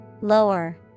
Lower